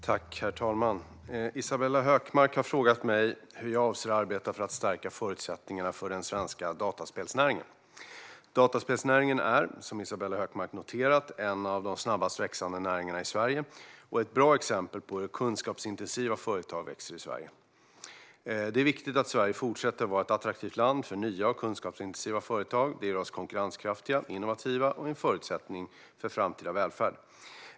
Herr talman! Isabella Hökmark har frågat mig hur jag avser att arbeta för att stärka förutsättningarna för den svenska dataspelsnäringen. Dataspelsnäringen är, som Isabella Hökmark noterat, en av de snabbast växande näringarna i Sverige och ett bra exempel på hur kunskapsintensiva företag växer i Sverige. Det är viktigt att Sverige fortsätter att vara ett attraktivt land för nya och kunskapsintensiva företag. Det gör oss konkurrenskraftiga, innovativa och är en förutsättning för framtida välfärd.